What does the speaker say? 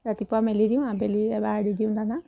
ৰাতিপুৱা মেলি দিওঁ আবেলি এবাৰ দি দিওঁ দানা